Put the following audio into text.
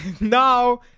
Now